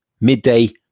midday